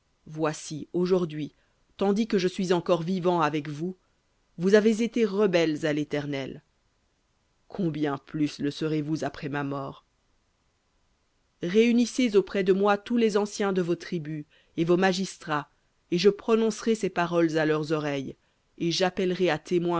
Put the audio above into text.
voici aujourd'hui tandis que je suis encore vivant avec vous vous avez été rebelles à l'éternel combien plus après ma mort réunissez auprès de moi tous les anciens de vos tribus et vos magistrats et je prononcerai ces paroles à leurs oreilles et j'appellerai